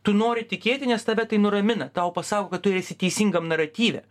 tu nori tikėti nes tave tai nuramina tau pasako kad tu esi teisingam naratyve